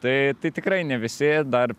tai tai tikrai ne visi dar